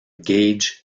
gage